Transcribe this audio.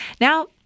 Now